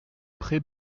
pré